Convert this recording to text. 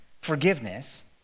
forgiveness